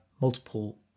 multiple